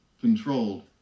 controlled